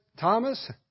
Thomas